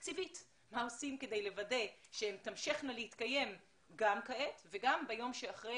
תקציבית מה עושים כדי לוודא שהן תמשכנה להתקיים גם כאן וגם ביום שאחרי.